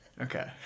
Okay